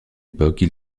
époque